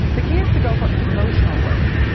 the key is to go for emotional words.